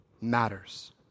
matters